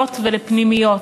למוסדות ולפנימיות,